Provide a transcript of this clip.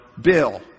Bill